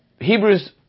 Hebrews